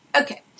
Okay